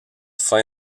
faim